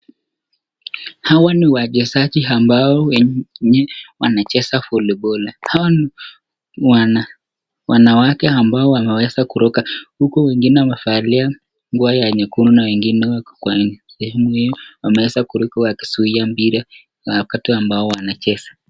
Hawa ni wachezaji ambao wengine wanacheza polepole, Hawa ni wanawake ambao wameweza kuruka huku wengine wamevalia nguo ya nyekundu na wengine wameweza kuruka wakizuia mpira wakati ambao wanacheza.